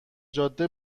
جاده